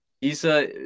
isa